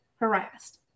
harassed